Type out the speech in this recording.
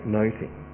noting